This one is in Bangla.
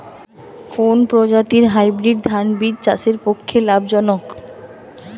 কোন প্রজাতীর হাইব্রিড ধান বীজ চাষের পক্ষে লাভজনক?